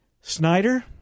Snyder